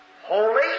Holy